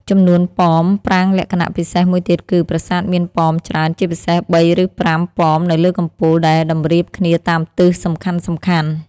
ចំនួនប៉ម ប្រាង្គលក្ខណៈពិសេសមួយទៀតគឺ ប្រាសាទមានប៉មច្រើន ជាពិសេស ៣ ឬ ៥ ប៉មនៅលើកំពូល ដែលតម្រៀបគ្នាតាមទិសសំខាន់ៗ។